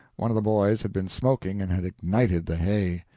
one of the boys had been smoking and had ignited the hay.